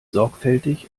sorgfältig